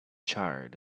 charred